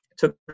Took